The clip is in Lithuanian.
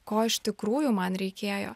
ko iš tikrųjų man reikėjo